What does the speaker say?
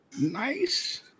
nice